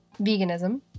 veganism